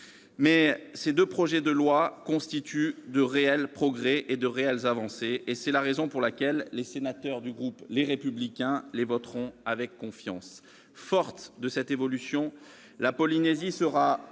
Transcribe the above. Ces deux projets de loi n'en constituent pas moins de réels progrès, de réelles avancées : c'est la raison pour laquelle les sénateurs du groupe Les Républicains les voteront avec confiance. Forte de cette évolution, la Polynésie sera